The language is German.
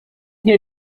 hier